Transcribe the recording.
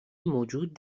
موجود